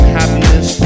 happiness